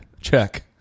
check